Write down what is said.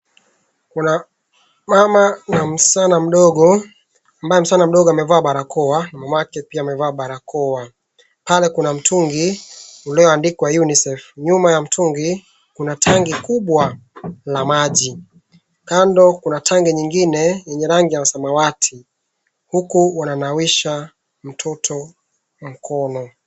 Kuna mama na msichana mdogo, ambaye msichana mdogo amevaa barakoa na mamake pia amevaa barakoa. Pale kuna mtungi, ulioandikwa unicef. Nyuma ya mtungi, kuna tangi kubwa la maji. Kando kuna tangi nyingine lenye rangi ya samawati huku wananawisha mtoto mkono.